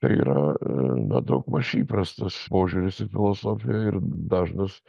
tai yra na daugmaž įprastas požiūris ir filosofiją ir dažnas